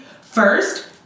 First